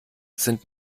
sind